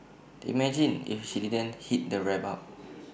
imagine if she didn't heat the wrap up